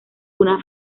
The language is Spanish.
una